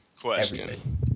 question